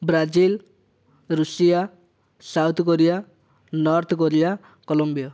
Brazil Russia South Korea North Korea Colombia